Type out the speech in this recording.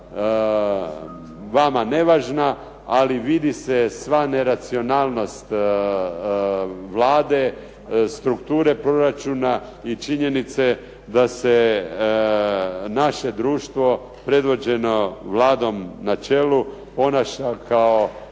vama nevažna ali vidi se sva neracionalnost Vlade, struktura proračuna i činjenice da se naše društvo predvođenom Vladom na čelu ponašao kao